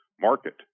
market